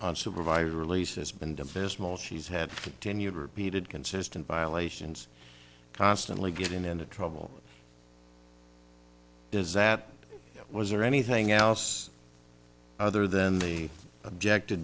on supervised release has been divestments she's had to endure repeated consistent violations constantly getting into trouble is that was there anything else other than the objected